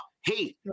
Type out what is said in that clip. Hey